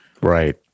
Right